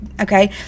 Okay